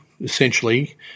essentially